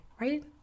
right